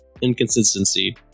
inconsistency